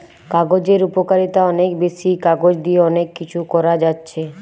কাগজের উপকারিতা অনেক বেশি, কাগজ দিয়ে অনেক কিছু করা যাচ্ছে